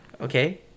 okay